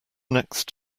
next